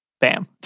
bam